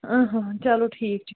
چلو ٹھیٖک چھِ